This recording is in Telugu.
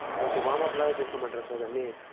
ఓకే వామప్ లాగా చేసుకోమంటారా సార్ దాన్ని